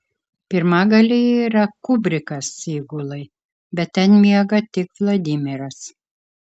pirmagalyje yra kubrikas įgulai bet ten miega tik vladimiras